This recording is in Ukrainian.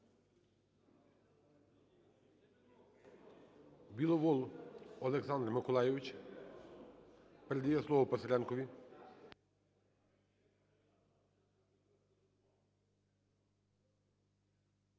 Біловол Олександр Миколайович. Передає слово Писаренкові.